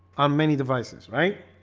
on many devices, right?